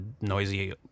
noisy